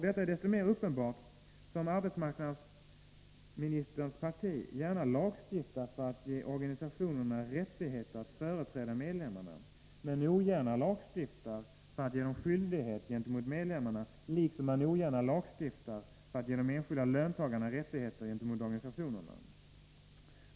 Detta är desto mer uppenbart som arbetsmarknadsministerns parti gärna lagstiftar för att ge organisationerna rättigheter att företräda medlemmarna, men ogärna lagstiftar för att ge dem skyldighet gentemot medlemmarna, liksom man ogärna lagstiftar för att ge de enskilda löntagarna rättigheter gentemot organisationerna.